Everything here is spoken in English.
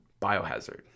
Biohazard